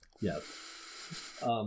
Yes